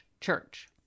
church